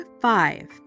five